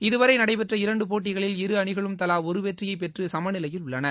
இதுவரை நடைபெற்ற இரண்டு போட்டிகளில் இருஅணிகளும் தலா ஒரு வெற்றியை பெற்று சமநிலையில் உள்ளன